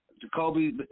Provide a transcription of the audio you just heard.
Jacoby